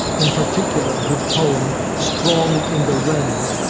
in particular, his poem strong in the rain,